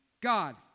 God